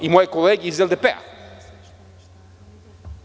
I moje kolege iz LDP-a.